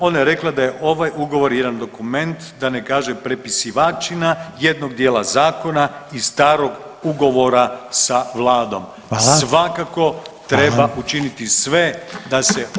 Ona je rekla da je ovaj ugovor jedan dokumenta da ne kaže prepisivačina jednog dijela zakona iz starog ugovora sa vladom [[Upadica: Hvala.]] pa svakako treba učiniti [[Upadica: Hvala.]] sve se da se